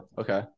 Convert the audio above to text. Okay